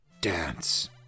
Dance